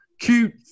Cute